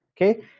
Okay